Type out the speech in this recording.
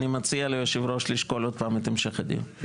אני מציע ליושב ראש לשקול עוד פעם את המשך הדיון.